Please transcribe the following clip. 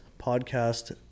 podcast